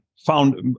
found